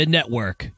Network